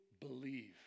believe